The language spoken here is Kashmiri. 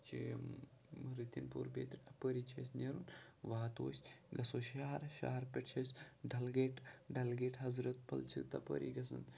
چھِ یِم رٔتِم پوٗر بیترِ اَپٲری چھِ اَسہِ نیرُن واتو أسۍ گَژھو شَہر أسۍ شَہر پٮ۪ٹھ چھِ اَسہِ ڈلگیٹ ڈلگیٹ حضرت بل چھِ تَپٲری گَژھان